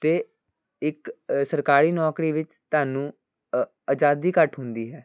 ਅਤੇ ਇੱਕ ਸਰਕਾਰੀ ਨੌਕਰੀ ਵਿੱਚ ਤੁਹਾਨੂੰ ਆਜ਼ਾਦੀ ਘੱਟ ਹੁੰਦੀ ਹੈ